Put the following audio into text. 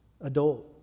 adult